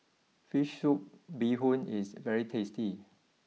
Fish Soup Bee Hoon is very tasty